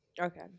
Okay